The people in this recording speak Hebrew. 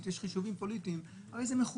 בהצעת חוק ממשלתית יש חישובים פוליטיים הרי זה מכוון,